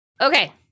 Okay